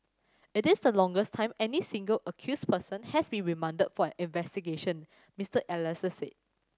it is the longest time any single accused person has been remanded for an investigation Mister Elias said